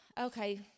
Okay